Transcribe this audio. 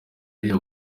arira